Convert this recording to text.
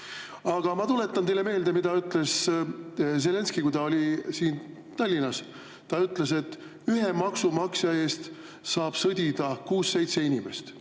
Aga ma tuletan teile meelde, mida ütles Zelenskõi, kui ta oli siin Tallinnas. Ta ütles, et ühe maksumaksja eest saab sõdida kuus-seitse inimest.